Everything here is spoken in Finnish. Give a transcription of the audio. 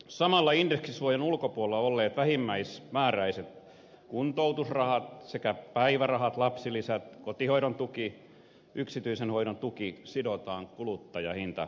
samalla indeksisuojan ulkopuolella olleet vähimmäismääräiset kuntoutusrahat sekä päivärahat lapsilisät kotihoidontuki yksityisen hoidon tuki sidotaan kuluttajahintaindeksiin